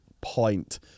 point